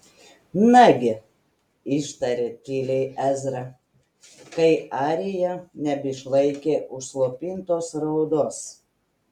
nagi ištarė tyliai ezra kai arija nebeišlaikė užslopintos raudos